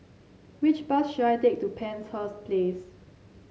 which bus should I take to Penshurst Place